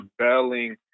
rebelling